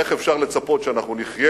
איך אפשר לצפות שאנחנו נחיה